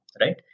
right